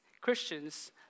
Christians